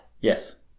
Yes